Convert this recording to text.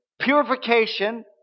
purification